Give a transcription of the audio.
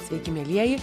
sveiki mielieji